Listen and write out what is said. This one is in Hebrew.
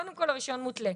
קודם כל הרישיון מותלה.